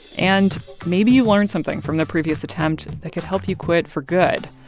and maybe you learned something from the previous attempt that could help you quit for good.